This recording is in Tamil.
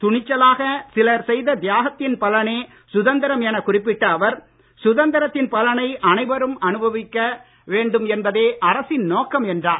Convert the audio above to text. துணிச்சலான சிலர் செய்த தியாகத்தின் பலனே சுதந்திரம் என குறிப்பிட்ட அவர் சுதந்திரத்தின் பலனை அனைவரும் அனுபவமிக்க வேண்டும் என்பதே அரசின் நோக்கம் என்றார்